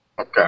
Okay